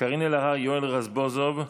קארין אלהרר, יואל רזבוזוב,